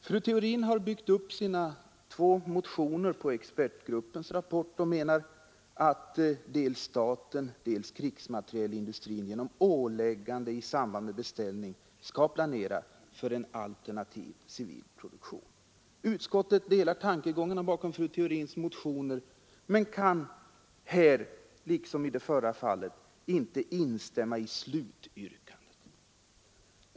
Fru Theorin har byggt upp sina två motioner på expertgruppens rapport och menar att dels staten, dels krigsmaterielindustrin genom åläggande i samband med beställning, skall planera för en alternativ civil produktion. Utskottet delar tankegångarna bakom fru Theorins motioner men kan här liksom i det förra fallet inte instämma i yrkandet.